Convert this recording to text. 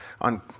on